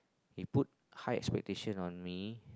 he put high expectation on me